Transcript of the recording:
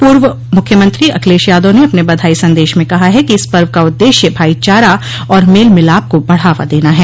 पूर्व मुख्यमंत्री अखिलेश यादव ने अपने बधाई संदेश में कहा है कि इस पर्व का उद्देश्य भाईचारा और मेल मिलाप को बढ़ावा देना है